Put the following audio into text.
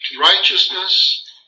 righteousness